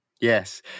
Yes